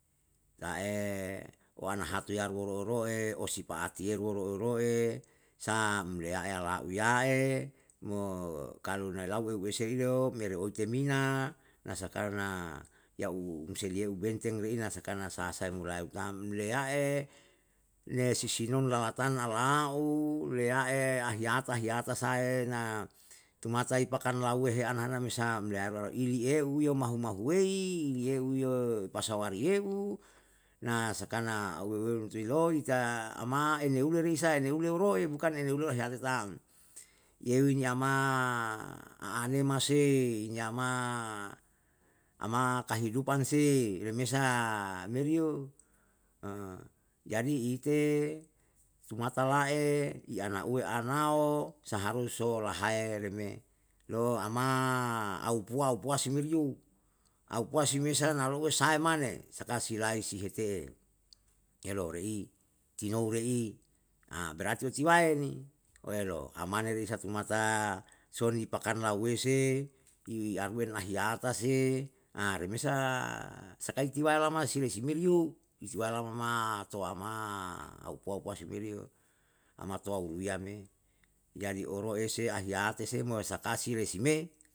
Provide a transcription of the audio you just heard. Ta'e wanahatu yau roroe osipaati ye roeroe, sam leya'e la'u ya'e, mo kalu nae lau eu esi ye ro, mere oite mina na sakana um siyelu benteng na sakana sa sa'a mulai utam leya'e, ne sisinom lalatan na la'o, leya'e ahiyata ahiyata sae ns tumatai pakan lauwe anana me sam leyaru ili eu iyo mahu mahuwei iliyeu yo pasaeari ye'u, na sakana awe weru itiloi ta ama eneule risa uneule ro'e, bukan eneule eheyale tam, yeuni ama aane mase inyama ama kahidupan se, remesa meri yo. Jadi ite tumata la'e, i anauwe anao saharus so lahae re me yo ama aupuwa aupuwa se meri yo, aupuwa se mesa lo'o nau sai mane saka si lai si hete'e, elorei tinou rei berarti otiwae ni, oelo amane risa tumata sonipakan lauwese, i anuwen lahiyata se remesa, sakai tiwa elama si lesi meri yo, itiwae lama ma towama aupuwa puwa se meri yo, amatowa uluwiya me. Jadi oro ese ahiyate se, mo sakasi resi me